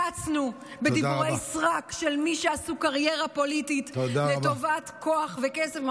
קצנו בדיבורי סרק של מי שעשו קריירה פוליטית לטובת כוח וכסף.